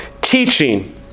teaching